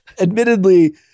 Admittedly